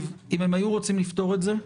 אם הם היו רוצים לפתור את זה,